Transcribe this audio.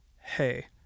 hey